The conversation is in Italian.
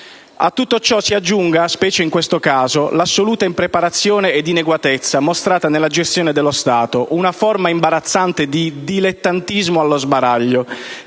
A tutto ciò si aggiunga, specie in questo caso, l'assoluta impreparazione ed inadeguatezza mostrata nella gestione dello Stato, una forma imbarazzante di «dilettantismo allo sbaraglio»